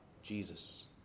Jesus